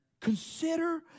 Consider